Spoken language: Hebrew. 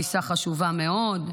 טיסה חשובה מאוד,